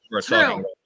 true